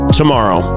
tomorrow